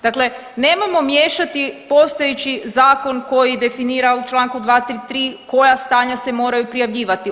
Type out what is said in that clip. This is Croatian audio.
Dakle, nemojmo miješati postojeći zakon koji definira u čl. 233. koja stanja se moraju prijavljivati.